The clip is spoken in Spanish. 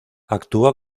actúa